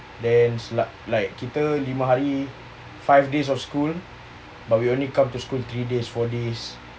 then like kita lima hari five days of school but we only come to school three days four days